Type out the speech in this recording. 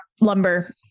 lumber